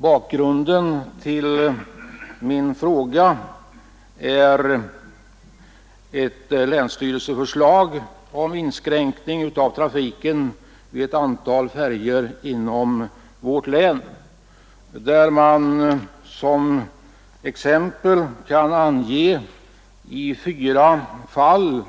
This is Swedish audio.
Bakgrunden till min fråga är ett länsstyrelseförslag om inskränkning av trafiken med ett antal färjor inom vårt län. Som exempel kan anges fyra fall,